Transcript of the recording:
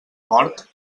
mort